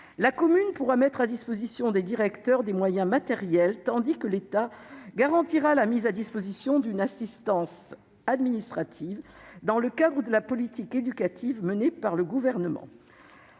La commune pourra mettre à disposition des directeurs des moyens matériels, tandis que l'État garantira la mise à disposition d'une assistance administrative, dans le cadre de la politique éducative menée par le Gouvernement.